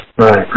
Right